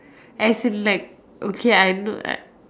as in like okay I know I